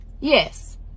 Yes